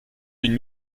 d’une